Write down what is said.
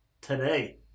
today